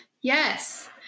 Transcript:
Yes